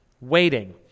waiting